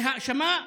בהאשמה,